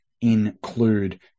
include